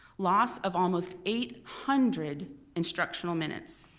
loss of almost eight hundred instructional minutes,